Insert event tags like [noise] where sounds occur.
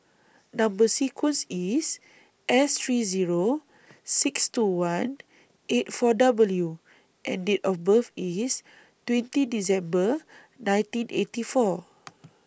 Number sequence IS S three Zero six two one eight four W and Date of birth IS twenty December nineteen eighty four [noise]